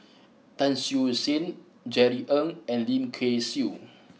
Tan Siew Sin Jerry Ng and Lim Kay Siu